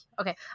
Okay